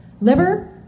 liver